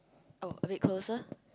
oh a bit closer